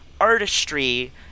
artistry